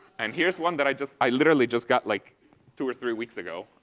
and here's one that i just, i literally just, got like two or three weeks ago.